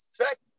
effect